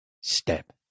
step